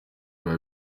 biba